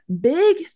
big